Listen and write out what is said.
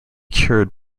cured